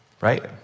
right